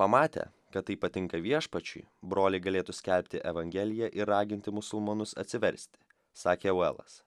pamatę kad tai patinka viešpačiui broliai galėtų skelbti evangeliją ir raginti musulmonus atsiversti sakė velas